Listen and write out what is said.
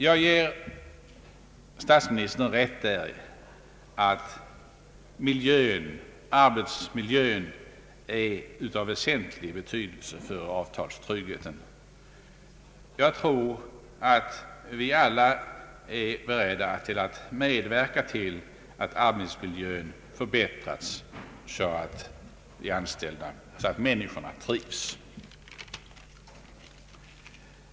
Jag ger statsministern rätt däri att arbetsmiljön är av väsentlig betydelse för arvtalstryggheten. Jag tror att vi alla är beredda att medverka till att arbetsmiljön förbättras, så att människorna trivs.